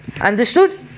Understood